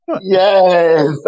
Yes